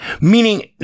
Meaning